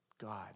God